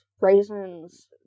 raisins